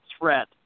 threat